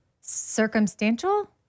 circumstantial